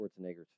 schwarzenegger's